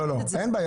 אין בעיה.